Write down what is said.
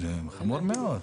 זה חמור מאוד.